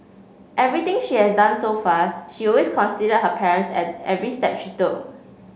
everything she has done so far she always considered her parents at every step she took